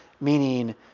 meaning